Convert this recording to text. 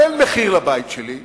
אבל אין מחיר לבית שלי,